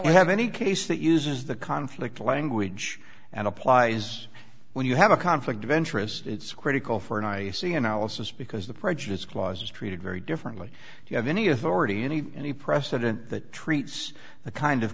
i have any case that uses the conflict language and applies when you have a conflict of interest it's critical for and i see analysis because the prejudice clause is treated very differently you have any authority any any precedent that treats the kind of